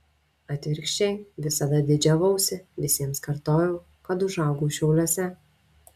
atvirkščiai visada didžiavausi visiems kartojau kad užaugau šiauliuose